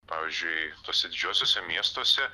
pavyzdžiui tuose didžiuosiuose miestuose